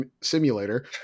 Simulator